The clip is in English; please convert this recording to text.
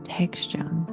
texture